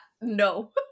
no